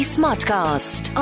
Smartcast